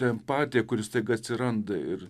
empatija kuri staiga atsiranda ir